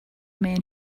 man